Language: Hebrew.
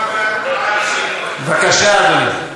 בבקשה, אדוני.